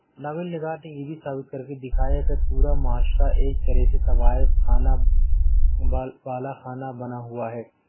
novel نگار نے یہ بھی ثابت کر کے دکھایا کہ پورا معاشرہ ایک طرح سے طوائف خانہ بال بالا خانہ بنا ہوا ہے